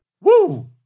Woo